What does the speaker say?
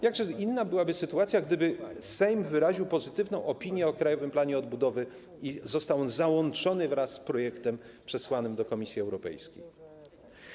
Jakże inna byłaby sytuacja, gdyby Sejm wyraził pozytywną opinię o Krajowym Planie Odbudowy i został on załączony wraz z projektem przesłanym do Komisji Europejskiej.